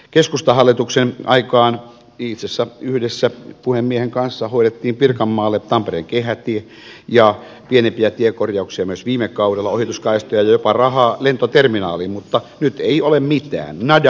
keskustahallituksen aikaan itse asiassa yhdessä puhemiehen kanssa hoidimme pirkanmaalle tampereen kehätien ja pienempiä tiekorjauksia myös viime kaudella ohituskaistoja ja jopa rahaa lentoterminaaliin mutta nyt ei ole mitään nada zero